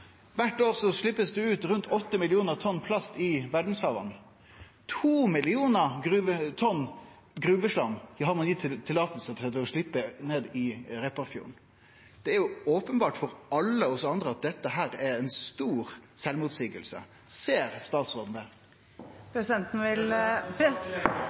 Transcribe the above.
år blir det sleppt ut rundt 8 mill. tonn plast i verdshava. 2 mill. tonn gruveslam har ein gitt tillating til å sleppe ut i Repparfjorden. Det er openbart for alle oss andre at dette er ei stor sjølvmotseiing. Ser statsråden det?